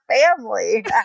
family